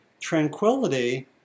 tranquility